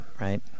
right